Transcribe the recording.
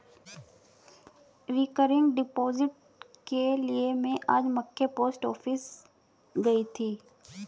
recurring deposit के लिए में आज मख्य पोस्ट ऑफिस गयी थी